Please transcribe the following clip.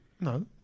No